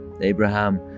Abraham